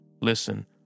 Listen